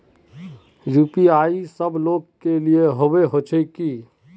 UPI सब लोग के लिए होबे होचे की?